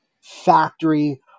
factory